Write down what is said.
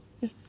Yes